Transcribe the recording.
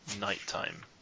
nighttime